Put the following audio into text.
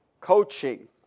coaching